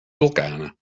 vulkanen